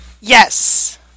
Yes